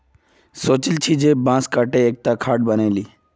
सोचे छिल जे बांस काते एकखन खाट बनइ ली